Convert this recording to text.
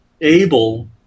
able